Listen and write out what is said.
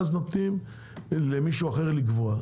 ואז נותנים למישהו אחר לקבוע.